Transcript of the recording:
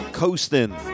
coasting